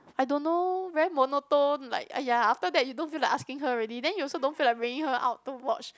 I don't know very monotone like !aiya! after that you don't feel like asking her already then you also don't feel like bringing her out to watch